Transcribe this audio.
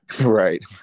Right